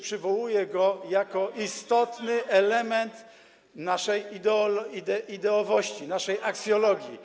Przywołuję go jako istotny element naszej ideowości, naszej aksjologii.